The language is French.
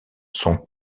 son